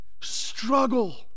Struggle